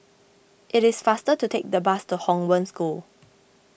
it is faster to take the bus to Hong Wen School